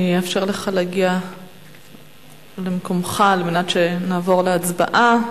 אני אאפשר לך להגיע למקומך על מנת שנעבור להצבעה.